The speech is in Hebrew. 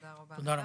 תודה רבה.